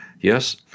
Yes